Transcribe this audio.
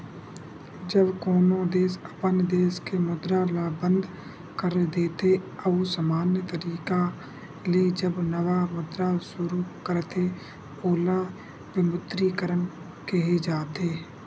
जब कोनो देस अपन देस के मुद्रा ल बंद कर देथे अउ समान्य तरिका ले जब नवा मुद्रा सुरू करथे ओला विमुद्रीकरन केहे जाथे